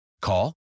Call